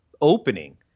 opening